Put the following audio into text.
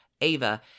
Ava